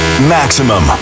Maximum